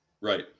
Right